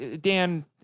Dan